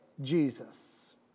Jesus